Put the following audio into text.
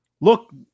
look